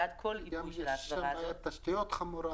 יש שם בעיית תשתיות חמורה.